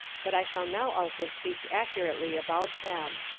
but i shall now also speak accurately about them.